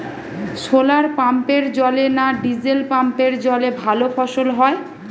শোলার পাম্পের জলে না ডিজেল পাম্পের জলে ভালো ফসল হয়?